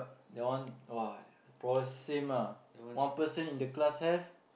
that one !wah! probably same ah one person in the class have